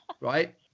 Right